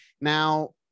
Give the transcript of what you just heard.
Now